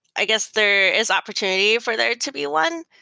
i guess there is opportunity for there to be one.